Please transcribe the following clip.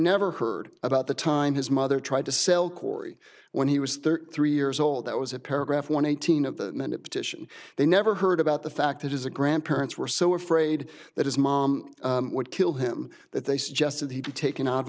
never heard about the time his mother tried to sell corey when he was thirty three years old that was a paragraph one thousand of the minute petition they never heard about the fact that is a grandparents were so afraid that his mom would kill him that they suggested he be taken o